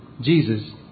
Jesus